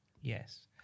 Yes